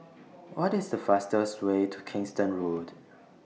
What IS The fastest Way to Kingston